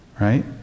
right